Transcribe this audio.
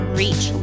reach